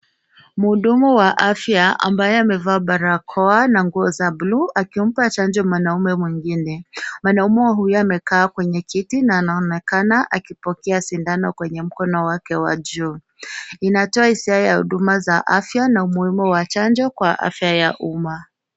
Mhudumu wa afya ambaye amevaa barakoa na nguo za bluu akimpa chanjo mwanaume mwingine. Mwanaume huyo amekaa kwenye kiti na anaonekana akipokea sindano kwenye mkono wake wa juu. Inatoa hisia ya huduma ya afya na umuhimu wa chanjo kwa afya ya uma.